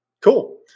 Cool